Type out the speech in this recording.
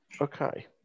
okay